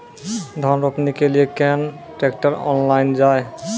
धान रोपनी के लिए केन ट्रैक्टर ऑनलाइन जाए?